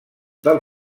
del